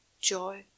joy